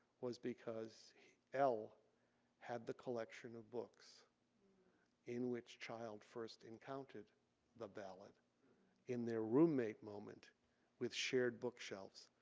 was because ell had the collection of books in which child first encountered the ballad in their roommate moment with shared bookshelves.